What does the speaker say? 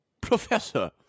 professor